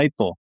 insightful